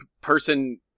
person-